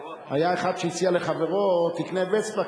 היה אחד שהציע לחברו: תקנה וספה,